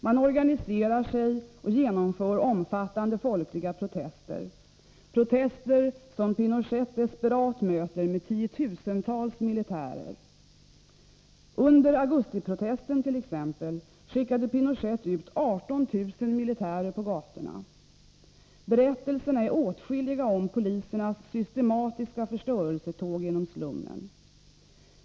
Man organiserar sig och genomför omfattande folkliga protester — protester som Pinochet desperat möter med tiotusentals militärer. Under augustiprotesten t.ex. skickade Pinochet ut 18 000 militärer på gatorna. Berättelserna är åtskilliga om polisernas systematiska förstörelsetåg genom slummen.